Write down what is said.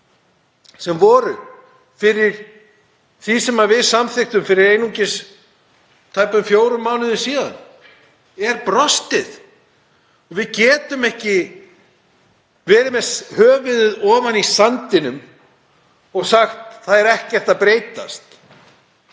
sem voru fyrir því sem við samþykktum fyrir einungis tæpum fjórum mánuðum er brostinn. Við getum ekki verið með höfuðið ofan í sandinum og sagt: Það er ekkert að breytast.